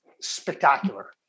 Spectacular